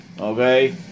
Okay